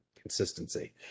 consistency